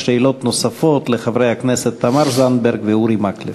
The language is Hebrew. שאלות נוספות של חברי הכנסת תמר זנדברג ואורי מקלב.